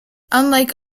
unlike